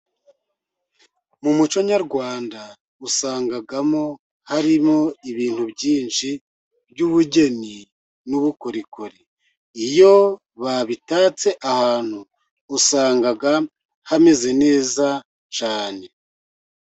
Mu muco nyarwanda usanga harimo ibintu byinshi by'ubugeni n'ubukorikori. Iyo babitatse ahantu, usanga hameze neza cyane.